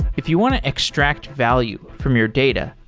if you want to extract value from your data,